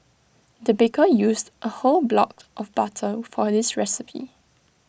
the baker used A whole block of butter for this recipe